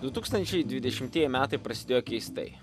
du tūkstančiai dvidešimtieji metai prasidėjo keistai